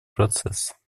процесс